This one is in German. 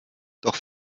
doch